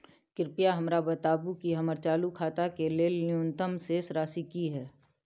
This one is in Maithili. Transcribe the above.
कृपया हमरा बताबू कि हमर चालू खाता के लेल न्यूनतम शेष राशि की हय